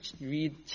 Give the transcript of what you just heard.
read